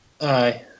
Aye